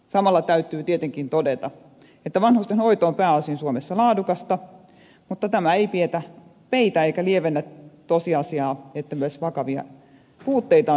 samalla täytyy tietenkin todeta että vanhustenhoito on pääosin suomessa laadukasta mutta tämä ei peitä eikä lievennä tosiasiaa että myös vakavia puutteita on ilmentynyt